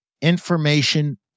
information